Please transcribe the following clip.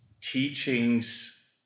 teachings